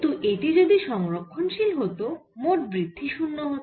কিন্তু এটি যদি সংরক্ষনশীল হতো মোট বৃদ্ধি 0 হত